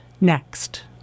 next